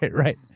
right, right.